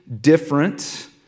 different